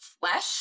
flesh